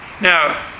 Now